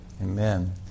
amen